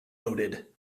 loaded